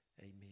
Amen